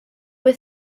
were